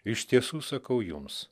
iš tiesų sakau jums